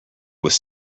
was